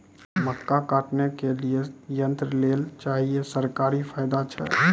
मक्का काटने के लिए यंत्र लेल चाहिए सरकारी फायदा छ?